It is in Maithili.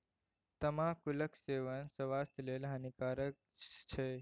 तमाकुलक सेवन स्वास्थ्य लेल हानिकारक छै